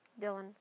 Dylan